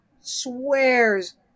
swears